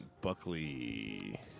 Buckley